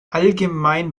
allgemein